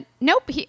nope